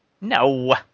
No